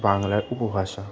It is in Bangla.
বাংলার উপভাষা